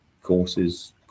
courses